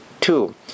Two